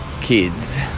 kids